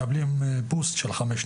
את אפילו לא מקבלת את